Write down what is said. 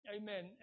Amen